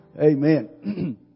Amen